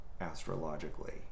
astrologically